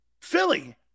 Philly